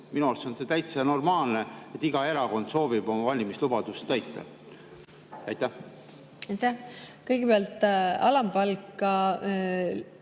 Minu arust on täitsa normaalne, et iga erakond soovib oma valimislubadust täita. Kõigepealt, alampalka